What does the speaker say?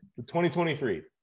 2023